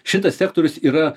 šitas sektorius yra